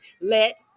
Let